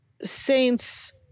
Saints